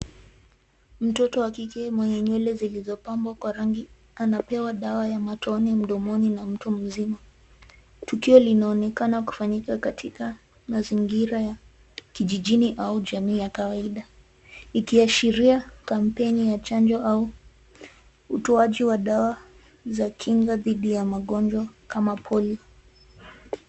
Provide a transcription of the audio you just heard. Mtoto wa kike mwenye nywele zilizopambwa kwa rangi, anapewa dawa ya matone mdomoni na mtu mzima. Tukio linaonekana kufanyika katika mazingira ya kijijini au jamii ya kawaida. Ikiashiria kampeni ya chanjo au utoaji wa dawa za kinga didhi ya magonjwa kama polio.